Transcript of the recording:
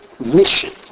mission